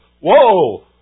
whoa